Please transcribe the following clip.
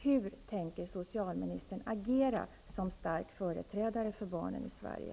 Hur tänker socialministern agera som stark företrädare för barnen i Sverige?